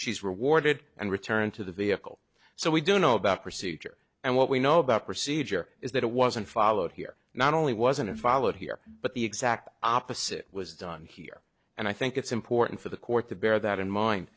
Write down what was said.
she's rewarded and returned to the vehicle so we do know about procedure and what we know about procedure is that it wasn't followed here not only wasn't followed here but the exact opposite was done here and i think it's important for the court to bear that in m